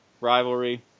rivalry